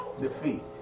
defeat